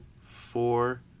four